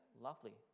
lovely